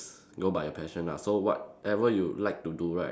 go by your passion lah so whatever you like to do right